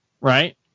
right